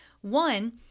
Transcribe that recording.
one